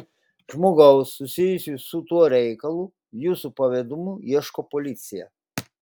žmogaus susijusio su tuo reikalu jūsų pavedimu ieško policija